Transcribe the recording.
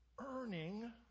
earning